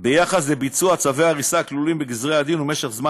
ביחס לביצוע צווי ההריסה הכלולים בגזרי-הדין ומשך הזמן